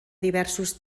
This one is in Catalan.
diversos